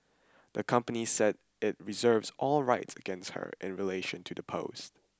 the company said it reserves all rights against her in relation to the post